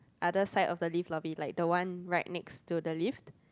other side of the lift lobby like the one right next to the lift